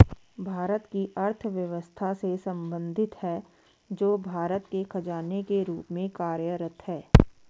भारत की अर्थव्यवस्था से संबंधित है, जो भारत के खजाने के रूप में कार्यरत है